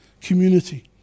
community